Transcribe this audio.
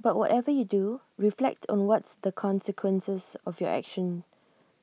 but whatever you do reflect on what's the consequences of your action